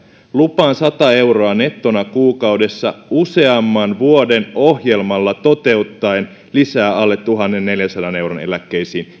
lupaan sata euroa nettona kuukaudessa useamman vuoden ohjelmalla toteuttaen lisää alle tuhannenneljänsadan euron eläkkeisiin